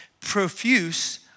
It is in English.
profuse